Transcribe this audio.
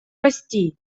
расти